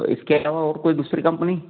तो इसके अलावा और कोई दूसरी कंपनी